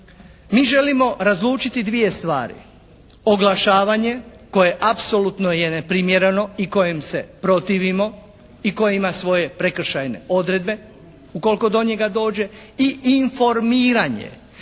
mi želimo razlučiti dvije stvari, oglašavanje koje apsolutno je neprimjereno i kojem se protivimo i koje ima svoje prekršajne odredbe ukoliko do njega dođe i informiranje.